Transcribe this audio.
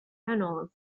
hanaud